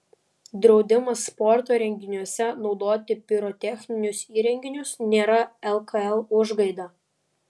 draudimas sporto renginiuose naudoti pirotechninius įrenginius nėra lkl užgaida